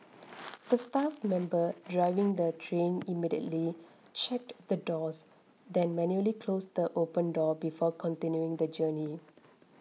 the staff member driving the train immediately checked the doors then manually closed the open door before continuing the journey